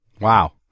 Wow